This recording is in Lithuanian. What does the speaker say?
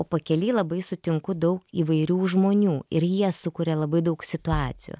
o pakely labai sutinku daug įvairių žmonių ir jie sukuria labai daug situacijų